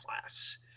class